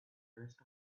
rest